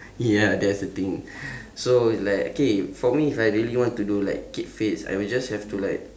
ya that is the thing so it's like okay for me if I really want to do like keep fits I will just have to like